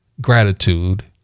gratitude